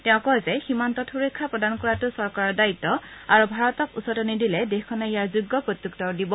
তেওঁ কয় যে সীমান্তত সুৰক্ষা প্ৰদান কৰাটো চৰকাৰৰ দায়িত্ব আৰু ভাৰতক উচতনি দিলে দেশখনে ইয়াৰ যোগ্য প্ৰত্যুত্তৰ দিব